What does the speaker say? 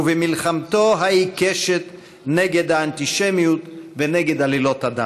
ובמלחמתו העיקשת נגד האנטישמיות ונגד עלילות הדם.